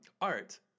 art